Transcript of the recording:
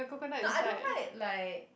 no I don't like like